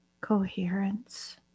coherence